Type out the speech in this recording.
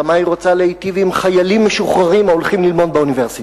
כמה היא רוצה להיטיב עם חיילים משוחררים ההולכים ללמוד באוניברסיטה.